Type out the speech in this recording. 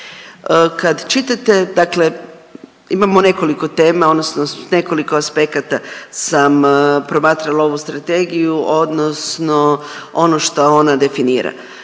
Kad čitate, dakle imamo nekoliko tema, odnosno nekoliko aspekata sam promatrala ovu strategiju, odnosno ono što ona definira.